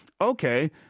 Okay